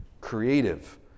creative